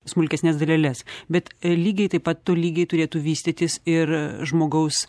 smulkesnes daleles bet lygiai taip pat tolygiai turėtų vystytis ir žmogaus